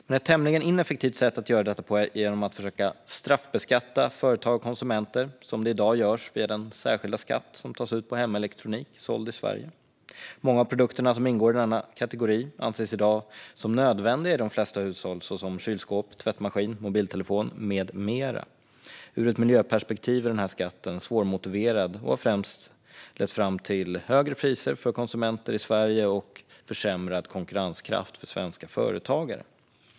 Men ett tämligen ineffektivt sätt att göra detta på är att försöka straffbeskatta företag och konsumenter, som i dag görs via den särskilda skatt som tas ut på hemelektronik som säljs i Sverige. Många av de produkter som ingår i denna kategori anses i dag som nödvändiga i de flesta hushåll, såsom kylskåp, tvättmaskin, mobiltelefon med mera. Ur ett miljöperspektiv är denna skatt svårmotiverad, och den har främst lett till högre priser för konsumenter i Sverige och försämrad konkurrenskraft för svenska företagare.